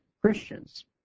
Christians